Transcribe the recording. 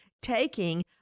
Taking